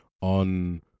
on